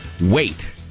Wait